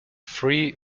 free